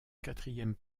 quatrième